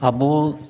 ᱟᱵᱚ